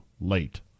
late